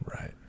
Right